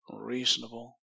reasonable